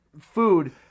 Food